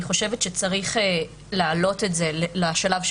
אני חושבת שצריך להעלות את זה לשלב,